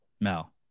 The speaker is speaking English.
Mel